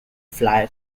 fly